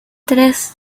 tres